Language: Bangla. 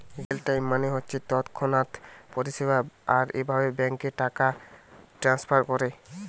রিয়েল টাইম মানে হচ্ছে তৎক্ষণাৎ পরিষেবা আর এভাবে ব্যাংকে টাকা ট্রাস্নফার কোরে